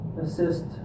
assist